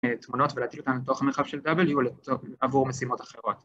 ‫תמונות ולהטיל אותן לתוך המרחב של W עבור משימות אחרות.